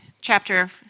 chapter